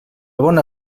bona